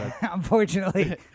Unfortunately